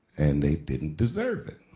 and they didn't deserve it.